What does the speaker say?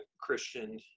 Christian